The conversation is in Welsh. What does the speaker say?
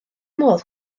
modd